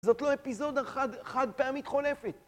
זאת לא אפיזודה חד פעמית חולפת.